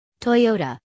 Toyota